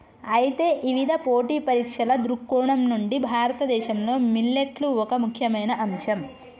అయితే ఇవిధ పోటీ పరీక్షల దృక్కోణం నుండి భారతదేశంలో మిల్లెట్లు ఒక ముఖ్యమైన అంశం